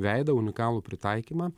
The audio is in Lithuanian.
veidą unikalų pritaikymą